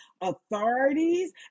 authorities